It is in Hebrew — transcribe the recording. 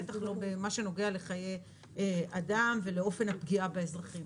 בטח לא במה שנוגע לחיי אדם ולאופן הפגיעה באזרחים.